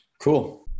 Cool